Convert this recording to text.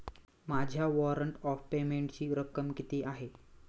माझ्या warrant of पेमेंटची रक्कम किती आहे?